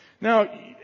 Now